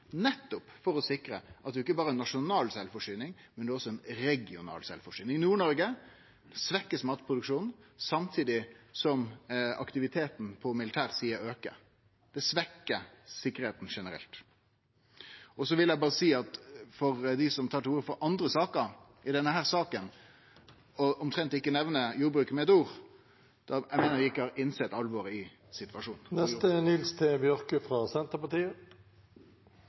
nettopp for å sikre at det ikkje berre er nasjonal sjølvforsyning, men også regional sjølvforsyning. I Nord-Noreg blir matproduksjonen svekt samtidig som aktiviteten på militær side aukar. Det svekkjer sikkerheita generelt. Så vil eg berre seie at dei som i denne saka tar til orde for andre saker og omtrent ikkje nemner jordbruket med eitt ord, enda ikkje har innsett alvoret i situasjonen.